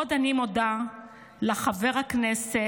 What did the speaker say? עוד אני מודה לחבר הכנסת